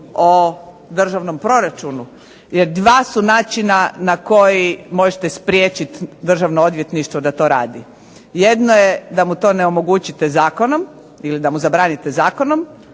o državnom proračunu. Jer dva su načina na koji možete spriječiti Državno odvjetništvo da to radi. Jedno je da mu to ne omogućite zakonom ili da mu zabranite zakonom,